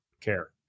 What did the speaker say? care